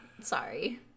Sorry